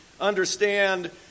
understand